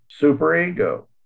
superego